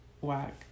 whack